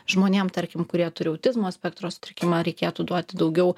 žmonėm tarkim kurie turi autizmo spektro sutrikimą reikėtų duoti daugiau